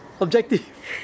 Objective